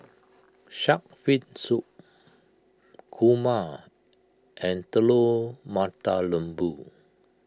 Shark's Fin Soup Kurma and Telur Mata Lembu